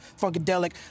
Funkadelic